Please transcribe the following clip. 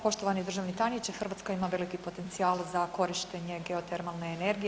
Poštovani državni tajniče Hrvatska ima veliki potencijal za korištenje geotermalne energije.